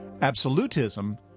Absolutism